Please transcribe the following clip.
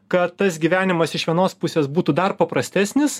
kad tas gyvenimas iš vienos pusės būtų dar paprastesnis